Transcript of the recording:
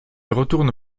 retourne